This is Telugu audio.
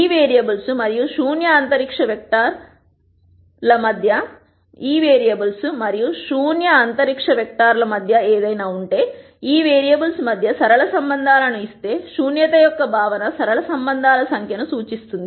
ఈ వేరియబుల్స్ మరియు శూన్య అంతరిక్ష వెక్టర్ల మధ్య ఏదైనా ఉంటే ఈ వేరియబుల్స్ మధ్య సరళ సంబంధాలను ఇస్తే శూన్యత యొక్క భావన సరళ సంబంధాల సంఖ్యను సూచిస్తుంది